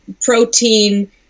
protein